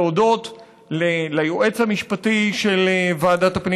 גם להודות ליועץ המשפטי של ועדת הפנים